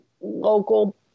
local